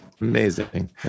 Amazing